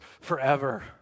forever